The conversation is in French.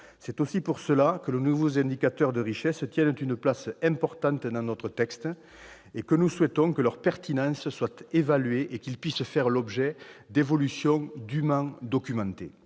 C'est aussi pour cette raison que les nouveaux indicateurs de richesse tiennent une place importante dans notre texte et que nous souhaitons que leur pertinence soit évaluée et qu'ils puissent faire l'objet d'évolutions dûment documentées.